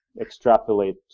extrapolate